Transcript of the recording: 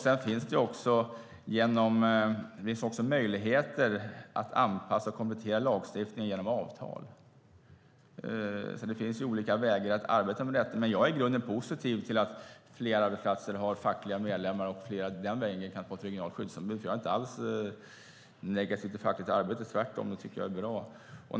Sedan finns det även möjligheter att anpassa och komplettera lagstiftningen genom avtal. Det finns alltså olika vägar att arbeta med detta, men jag är i grunden positiv till att fler arbetsplatser har fackliga medlemmar och den vägen kan få ett regionalt skyddsombud. Jag är inte alls negativ till fackligt arbete, tvärtom. Jag tycker att det är bra.